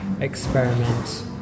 experiment